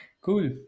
Cool